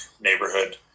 neighborhood